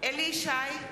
אליהו ישי,